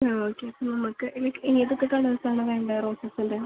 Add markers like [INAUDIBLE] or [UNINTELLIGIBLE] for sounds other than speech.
ആ ഓക്കേ നമ്മൾക്ക് [UNINTELLIGIBLE] ഏതൊക്കെ കളേഴ്സാണ് വേണ്ടത് റോസസിൻ്റെ